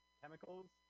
chemicals